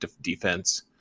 defense